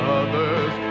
others